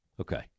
Okay